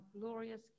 glorious